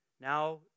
Now